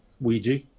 Ouija